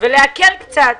ולהקל קצת